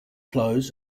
flows